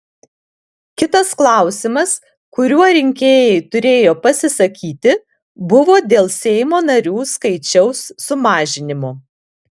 kitas klausimas kuriuo rinkėjai turėjo pasisakyti buvo dėl seimo narių skaičiaus sumažinimo